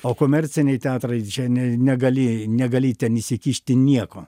o komerciniai teatrai čia ne negali negali ten įsikišti nieko